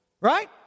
Right